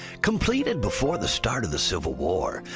completed before the start of the civil war,